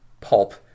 pulp